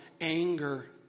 Anger